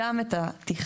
גם את התכנון,